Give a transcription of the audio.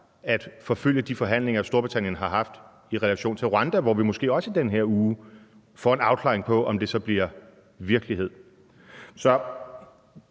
at forfølge de forhandlinger, Storbritannien har haft i relation til Rwanda, hvor vi måske også i den her uge får en afklaring på, om det så bliver virkelighed.